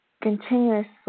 continuously